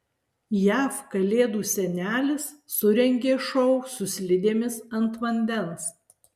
jav kalėdų senelis surengė šou su slidėmis ant vandens